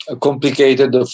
complicated